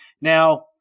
Now